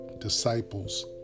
disciples